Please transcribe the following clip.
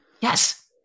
Yes